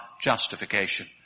justification